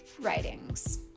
writings